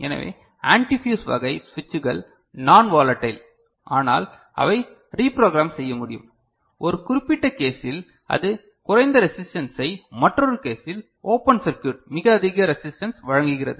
எனவே ஆண்டிஃபியூஸ் வகை சுவிட்சுகள் நான் வோலடைல் ஆனால் அவை ரீப்ரோக்ராம் செய்ய முடியாது ஒரு குறிப்பிட்ட கேஸில் அது குறைந்த ரெசிஸ்டன்சை மற்றொரு கேஸில் ஓபன் சர்க்யுட் மிக அதிக ரெசிஸ்டன்ஸ் வழங்குகிறது